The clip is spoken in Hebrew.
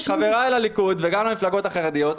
חבריי בליכוד וגם במפלגות החרדיות,